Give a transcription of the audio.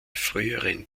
früheren